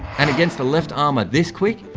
and against a left armer this quick,